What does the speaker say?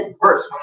worse